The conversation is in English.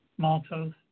maltose